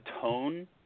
tone